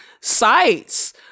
sites